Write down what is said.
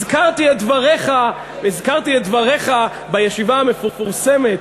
הזכרתי את דבריך בישיבה המפורסמת,